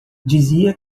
dizia